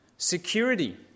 Security